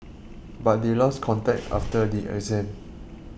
but they lost contact after the exam